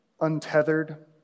untethered